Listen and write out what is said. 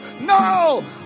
No